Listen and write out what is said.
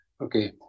Okay